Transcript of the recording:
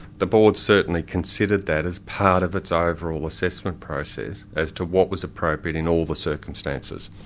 the board certainly considered that as part of its overall assessment process as to what was appropriate in all the circumstances.